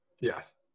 Yes